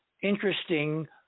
interesting